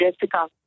Jessica